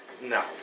no